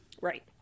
right